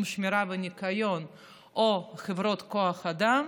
השמירה והניקיון או בחברות כוח אדם.